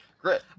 great